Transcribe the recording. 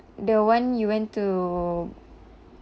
the one you went to